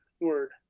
word